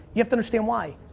you have to understand why.